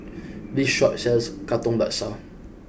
this shop sells Katong Laksa